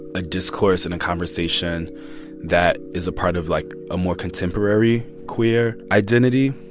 a discourse and a conversation that is a part of, like, a more contemporary queer identity.